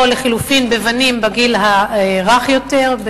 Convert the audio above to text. או לחלופין בבנים בגיל הרך יותר,